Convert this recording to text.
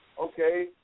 Okay